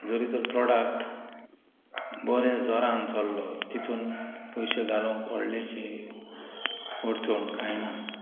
जरी तर प्रोडाक्ट बरें जोरान चालू हा तितून पयशे घालूंक वोडलेशे उरचो कांय ना